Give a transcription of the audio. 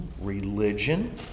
religion